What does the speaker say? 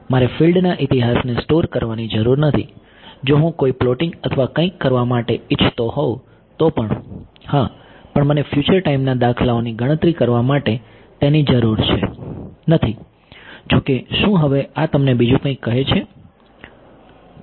મારે ફિલ્ડના ઇતિહાસને સ્ટોર કરવાની જરૂર નથી જો હું કોઈ પ્લોટીંગ અથવા કંઈક કરવા માટે ઇચ્છતો હોઉં તો પણ હા પણ મને ફ્યુચર ટાઈમના દાખલાઓની ગણતરી કરવા માટે તેની જરૂર નથી જો કે શું હવે આ તમને બીજું કંઈક કહે છે